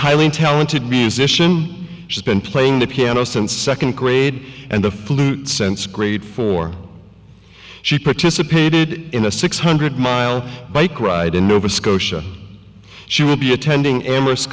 highly talented musician she's been playing the piano since second grade and the flute sense great for she participated in the six hundred mile bike ride in nova scotia she will be attending amherst